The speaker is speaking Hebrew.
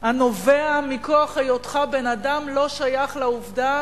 הנובע מכוח היותך בן-אדם לא שייך לעובדה